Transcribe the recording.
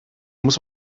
muss